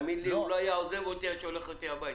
הוא לא היה עוזב אותי עד שהיה הולך איתי הביתה.